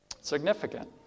Significant